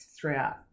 throughout –